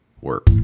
work